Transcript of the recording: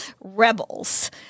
rebels